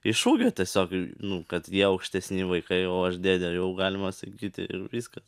iš ūgio tiesiog nu kad jie aukštesni vaikai o aš dėdė jau galima sakyti ir viskas